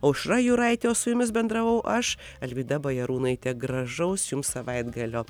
aušra juraitė o su jumis bendravau aš alvyda bajarūnaitė gražaus jums savaitgalio